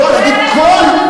לא להגיד כל,